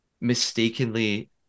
mistakenly